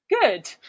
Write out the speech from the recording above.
Good